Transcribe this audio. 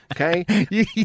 Okay